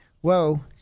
whoa